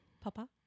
Papa